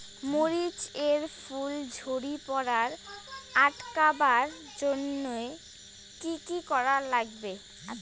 মরিচ এর ফুল ঝড়ি পড়া আটকাবার জইন্যে কি কি করা লাগবে?